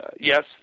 yes